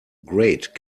great